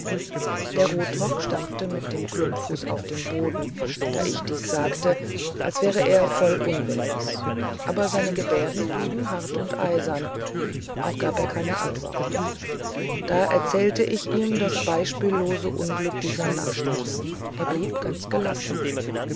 der rotrock stampfte mit dem klumpfuß auf den boden da ich dies sagte als wäre er voll unwillens aber seine gebärden blieben hart und eisern auch gab er keine antwort da erzählte ich ihm das beispiellose unglück dieser nacht er blieb ganz gelassen